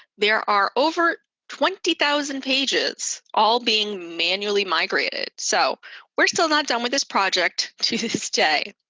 there are over twenty thousand pages all being manually migrated. so we're still not done with this project to this day.